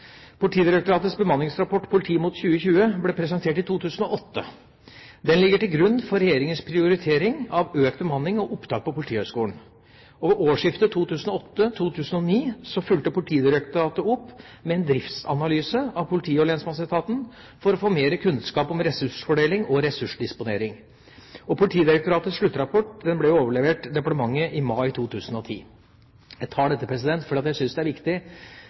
Politidirektoratets bemanningsrapport Politiet mot 2020 ble presentert i 2008. Den ligger til grunn for regjeringas prioritering av økt bemanning og opptak på Politihøgskolen. Ved årsskiftet 2008/2009 fulgte Politidirektoratet opp med en driftsanalyse av politi- og lensmannsetaten for å få mer kunnskap om ressursfordeling og ressursdisponering. Politidirektoratets sluttrapport ble overlevert departementet i mai 2010. Jeg tar opp dette fordi jeg synes det er viktig